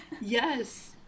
Yes